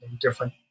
different